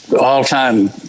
all-time